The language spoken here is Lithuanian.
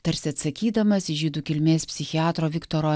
tarsi atsakydamas į žydų kilmės psichiatro viktoro